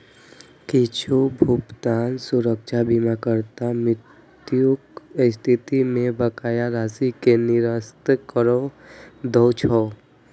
किछु भुगतान सुरक्षा बीमाकर्ताक मृत्युक स्थिति मे बकाया राशि कें निरस्त करै दै छै